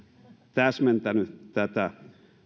täsmentänyt tätä